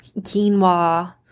quinoa